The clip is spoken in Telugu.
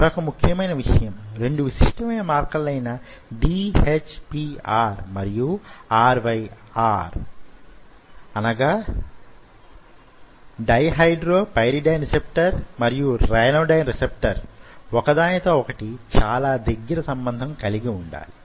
మరొక ముఖ్యమైన విషయం రెండు విశిష్ట మార్కర్ లైన DHPR మరియు RYR వొక దానితో వొకటి చాలా దగ్గర సంబంధం కలిగి వుండాలి